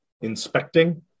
inspecting